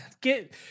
get